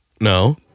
No